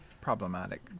problematic